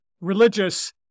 religious